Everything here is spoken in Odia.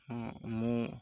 ହଁ ମୁଁ